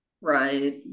right